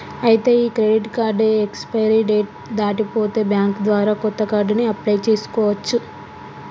ఐతే ఈ credit card expiry date దాటి పోతే బ్యాంక్ ద్వారా కొత్త కార్డుని అప్లయ్ చేసుకోవచ్చు